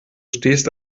stehst